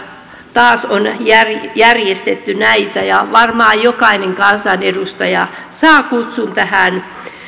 taas on järjestetty näitä ja varmaan jokainen kansanedustaja saa kutsun tähän